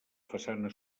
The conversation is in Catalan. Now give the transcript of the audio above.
façana